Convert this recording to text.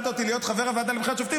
אותי להיות חבר הוועדה לבחירת שופטים,